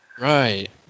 Right